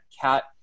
Cat